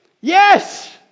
Yes